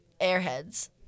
airheads